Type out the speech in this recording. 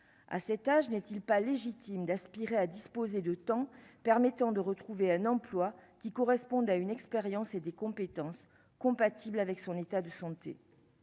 à cet âge, n'est-il pas légitime d'aspirer à disposer de temps permettant de retrouver un emploi qui correspondent à une expérience et des compétences compatible avec son état de santé.